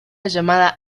llamada